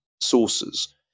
sources